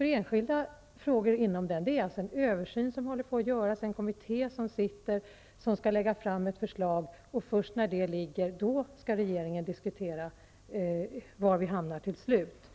enskilda frågor inom den. En översyn håller på att göras. Det är en kommitté som arbetar och skall lägga fram ett förslag. Först då skall regeringen diskutera var vi skall hamna till slut.